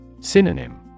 Synonym